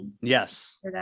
yes